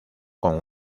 con